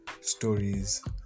stories